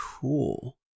cool